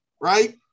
right